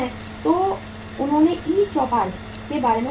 तो उन्होंने ई चौपाल के बारे में सुना होगा